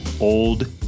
old